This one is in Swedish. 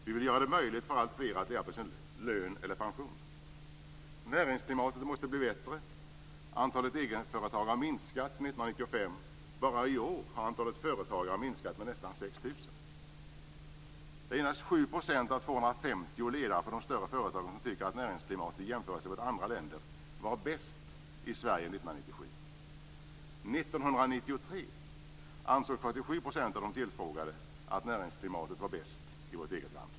Vi vill göra det möjligt för alltfler att leva på sin lön eller pension. Näringsklimatet måste bli bättre. Antalet egenföretagare har minskat sedan 1995. Bara i år har antalet företagare minskat med nästan 6 000. Endast 7 % av 250 ledare för de större företagen tyckte år 1997 att näringsklimatet var bäst i Sverige jämfört med andra länder. År 1993 ansåg 47 % av de tillfrågade att näringsklimatet var bäst i vårt eget land.